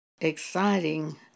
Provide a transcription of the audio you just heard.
exciting